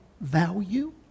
value